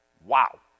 Wow